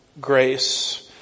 grace